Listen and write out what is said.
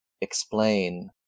explain